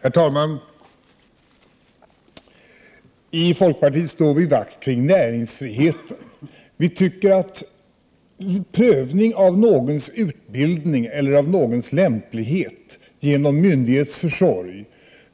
Herr talman! I folkpartiet slår vi vakt om näringsfriheten. Vi tycker att prövning av någons utbildning eller lämplighet genom myndigheters försorg egentligen